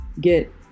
get